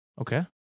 Okay